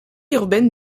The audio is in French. urbaine